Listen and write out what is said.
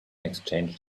exchanged